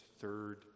Third